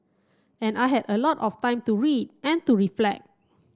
and I had a lot of time to read and to reflect